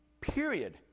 period